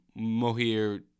Mohir